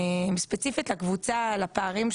ספציפית לקבוצה על הפערים,